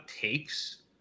takes